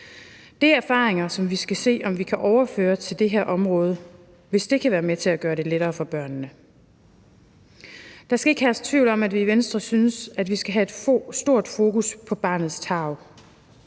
Det er erfaringer, som vi skal se om vi kan overføre til det her område, hvis det kan være med til at gøre det lettere for børnene. Der skal ikke herske tvivl om, at vi i Venstre synes, at vi skal have et stort fokus på barnets tarv.